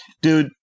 dude